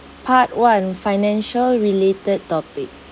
part one financial related topic